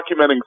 documenting